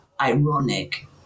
ironic